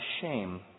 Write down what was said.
shame